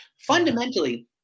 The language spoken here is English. Fundamentally